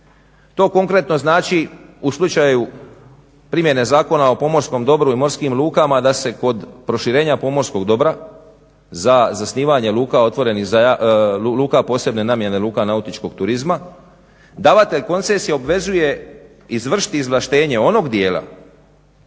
To konkretno znači u slučaju primjene Zakona o pomorskom dobru i morskim lukama da se kod proširenja pomorskog dobra za zasnivanje luka posebne namjene, luka nautičkog turizma, davatelj koncesije obvezuje izvršiti izvlaštenje onog dijela